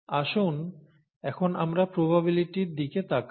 আসুন এখন আমরা প্রবাবিলিটির দিকে তাকাই